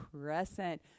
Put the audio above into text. crescent